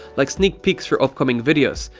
like sneak peeks for upcoming videos,